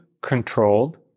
controlled